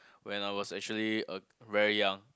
when I was actually uh very young